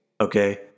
Okay